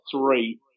three